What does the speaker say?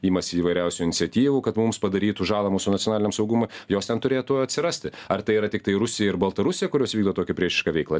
imasi įvairiausių iniciatyvų kad mums padarytų žalą mūsų nacionaliniam saugumui jos ten turėtų atsirasti ar tai yra tiktai rusija ir baltarusija kurios vykdo tokią priešišką veiklą